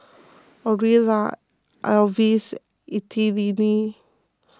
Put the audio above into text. Orilla Alvis Ethelene